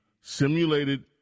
simulated